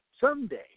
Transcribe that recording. someday